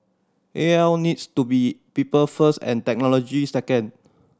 A L needs to be people first and technology second